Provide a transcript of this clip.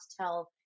tell